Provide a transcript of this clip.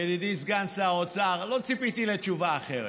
ידידי סגן שר האוצר, לא ציפיתי לתשובה אחרת,